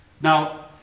Now